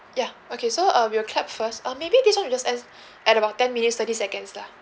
yeah okay so um we'll clap first um maybe this one we'll just end at about ten minutes thirty seconds lah